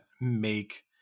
make